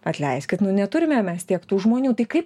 atleiskit nu neturime mes tiek tų žmonių tai kaip